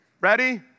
ready